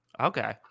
Okay